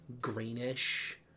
greenish